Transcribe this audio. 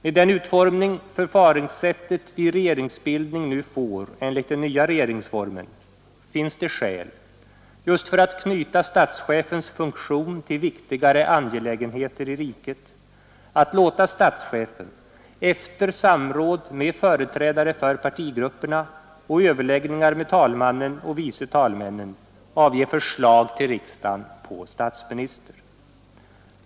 Med den utformning förfaringssättet vid regeringsbildning nu får enligt den nya regeringsformen finns det skäl — just för att knyta statschefens funktion till viktigare angelägenheter i riket — att låta statschefen efter samråd med företr för partigrupperna och överläggningar med talmannen och vice talmännen avge förslag till riksdagen på statsminister.